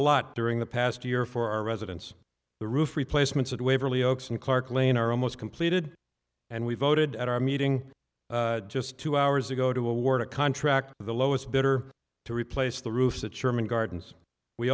lot during the past year for our residents the roof replacements of waverly oaks and clarke lane are almost completed and we voted at our meeting just two hours ago to award a contract for the lowest bidder to replace the roof that sherman gardens we